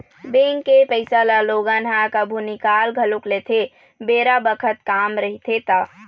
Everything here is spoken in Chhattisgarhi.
बेंक के पइसा ल लोगन ह कभु निकाल घलोक लेथे बेरा बखत काम रहिथे ता